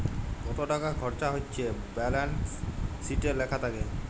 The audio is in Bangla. কত টাকা খরচা হচ্যে ব্যালান্স শিটে লেখা থাক্যে